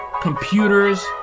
computers